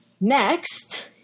Next